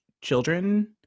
children